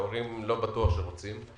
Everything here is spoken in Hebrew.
ולא בטוח שזה מה שההורים שלו רוצים.